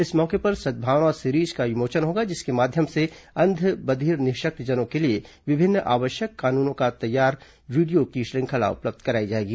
इस मौके पर सद्भावना सीरीज का विमोचन होगा जिसके माध्यम से अंध बधिर निःशक्तजनों के लिए विभिन्न आवश्यक कानूनों पर तैयार वीडियो की श्रृंखला उपलब्ध कराई जाएगी